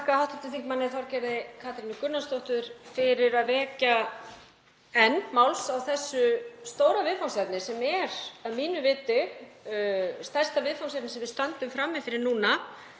þakka hv. þm. Þorgerði Katrínu Gunnarsdóttur fyrir að vekja enn máls á þessu stóra viðfangsefni sem er að mínu viti stærsta viðfangsefnið sem við stöndum frammi fyrir núna,